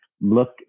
look